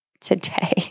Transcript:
today